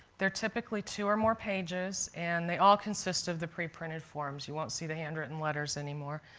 they're typically two or more pages, and they all consist of the pre-printed forms. you won't see the handwritten letters anymore.